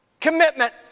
Commitment